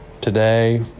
today